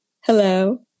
Hello